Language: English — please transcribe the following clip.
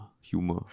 Humor